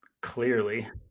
Clearly